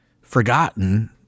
forgotten